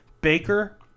Baker